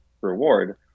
reward